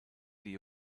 the